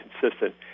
consistent